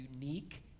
unique